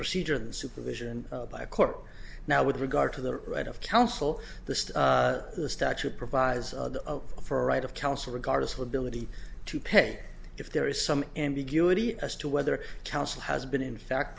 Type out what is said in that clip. procedure than supervision by a court now with regard to the right of counsel the statute provides for right of counsel regardless of ability to pay if there is some ambiguity as to whether counsel has been in fact